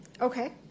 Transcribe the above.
Okay